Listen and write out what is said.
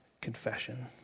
confession